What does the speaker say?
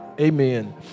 amen